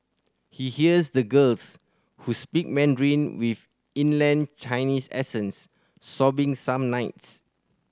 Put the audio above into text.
he hears the girls who speak Mandarin with inland Chinese accents sobbing some nights